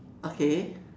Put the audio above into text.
okay